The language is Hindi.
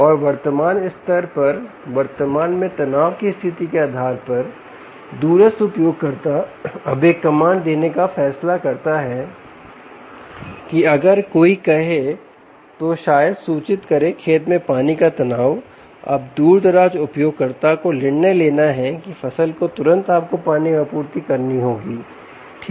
और वर्तमान स्तर पर वर्तमान में तनाव की स्थिति के आधार पर दूरस्थ उपयोगकर्ता अब एक कमांड देने का फैसला करता है कि अगर कोई कहे तो शायद सूचित करे खेत में पानी का तनाव अब दूरदराज के उपयोगकर्ता को निर्णय लेना है कि फसल को तुरंत आपको पानी की आपूर्ति करनी होगी ठीक है